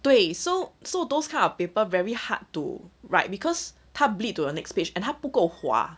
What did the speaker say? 对 so so those kind of paper very hard to write because 他 bleed to the next page and 他不够滑